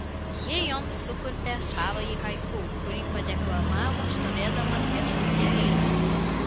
ji joms sukurpė savąjį haiku kurį padeklamavo stovėdama priešais gėlyną